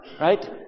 right